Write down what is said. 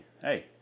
hey